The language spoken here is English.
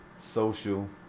social